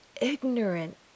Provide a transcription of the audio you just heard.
ignorant